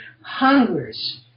hungers